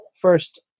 first